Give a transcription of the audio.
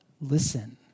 listen